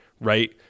right